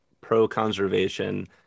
pro-conservation